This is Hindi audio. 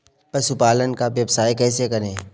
पशुपालन का व्यवसाय कैसे करें?